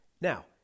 Now